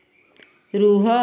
ରୁହ